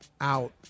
out